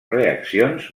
reaccions